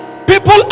people